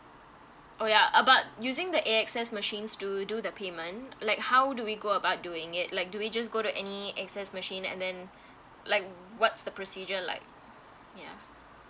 oh ya about using the A_X_S machines to do the payment like how do we go about doing it like do we just go to any A_X_S machine and then like what's the procedure like yeah